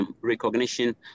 recognition